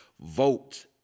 Vote